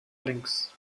links